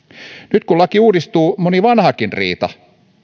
nyt kun laki uudistuu moni vanhakin riita